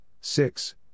six